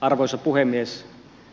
arvoisa puhemies